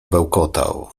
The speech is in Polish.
bełkotał